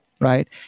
Right